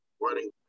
running